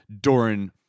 doran